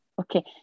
okay